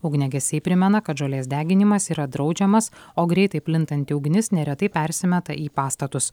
ugniagesiai primena kad žolės deginimas yra draudžiamas o greitai plintanti ugnis neretai persimeta į pastatus